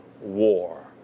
war